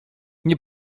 nie